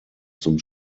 zum